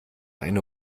eine